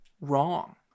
wrong